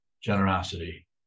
generosity